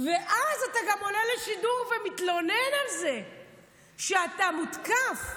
ואז אתה גם עולה לשידור ומתלונן על זה שאתה מותקף.